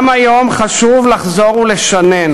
גם היום חשוב לחזור ולשנן: